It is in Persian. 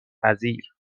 پذیر